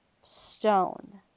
stone